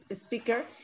speaker